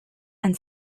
and